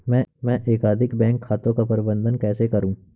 मैं एकाधिक बैंक खातों का प्रबंधन कैसे करूँ?